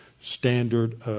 standard